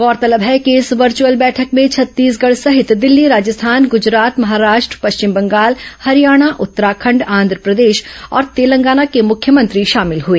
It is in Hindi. गौरतलब है कि इस वर्चुअल बैठक में छत्तीसगढ़ सहित दिल्ली राजस्थान गुजरात महाराष्ट्र पश्चिम बंगाल हरियाणा उत्तराखंड आंध्रप्रदेश और तेलंगाना के मुख्यमंत्री शामिल हुए